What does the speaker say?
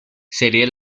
sería